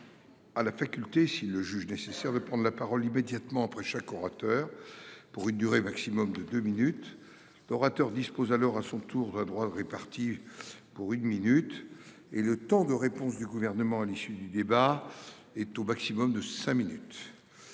À la faculté s'il le juge nécessaire de prendre la parole immédiatement après chaque orateur. Pour une durée maximum de 2 minutes. Orateur dispose alors à son tour à droite répartis. Pour une minute. Et le temps de réponse du gouvernement à l'issue du débat. Est au maximum de cinq minutes.